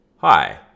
Hi